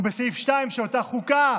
בסעיף (2) של אותה חוקה,